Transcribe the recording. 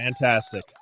Fantastic